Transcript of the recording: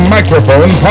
Microphone